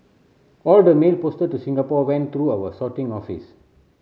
all the mail posted to Singapore went through our sorting office